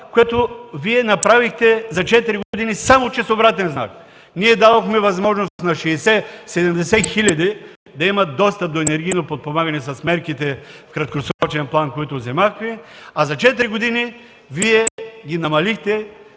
което Вие направихте за 4 години, само че с обратен знак. Ние дадохме възможност на 60-70 хиляди да имат достъп до енергийно подпомагане с мерките в краткосрочен план, които взехме, а за 4 години Вие намалихте